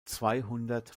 zweihundert